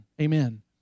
Amen